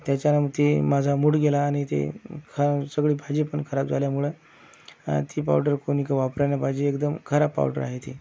त्याच्याने ती माझा मूड गेला आणि ती खा सगळी भाजी पण खराब झाल्यामुळे ती पावडर कोणी काय वापरायला नाहीे पाहिजे एकदम खराब पावडर आहे ती